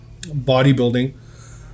bodybuilding